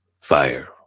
Fire